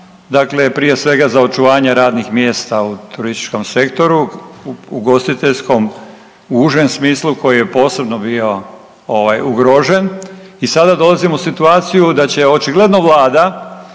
dakle prije svega za očuvanje radnih mjesta u turističkom sektoru, u ugostiteljskom u užem smislu koji je posebno bio ugrožen i sada dolazimo u situaciju da će očigledno vlada